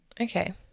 Okay